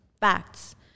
Facts